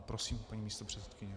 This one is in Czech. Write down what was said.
Prosím, paní místopředsedkyně.